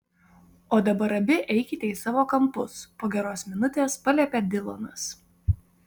o dabar abi eikite į savo kampus po geros minutės paliepė dilanas